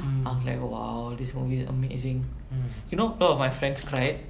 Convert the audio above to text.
I was like !wow! this movie's amazing you know part of my friends cried